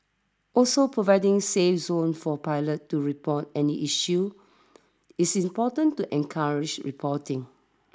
also providing safe zones for pilots to report any issues is important to encourage reporting